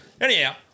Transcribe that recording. Anyhow